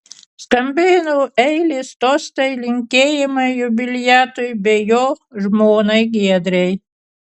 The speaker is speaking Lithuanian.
skambėjo eilės tostai ir linkėjimai jubiliatui bei jo žmonai giedrei